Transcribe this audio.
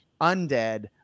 undead